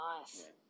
Nice